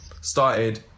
started